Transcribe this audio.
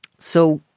so,